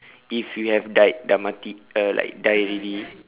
if you have died dah mati uh like die already